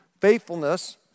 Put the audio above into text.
faithfulness